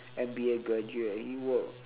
M_B_A graduate he work